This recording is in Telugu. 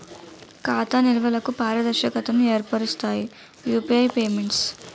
ఖాతా నిల్వలకు పారదర్శకతను ఏర్పరుస్తాయి యూపీఐ పేమెంట్స్